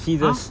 !huh!